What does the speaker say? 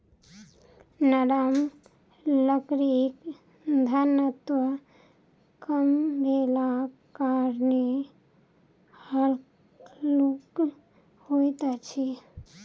नरम लकड़ीक घनत्व कम भेलाक कारणेँ हल्लुक होइत अछि